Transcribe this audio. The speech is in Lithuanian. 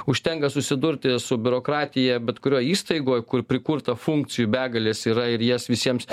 užtenka susidurti su biurokratija bet kurioj įstaigoj kur prikurta funkcijų begalės yra ir jas visiems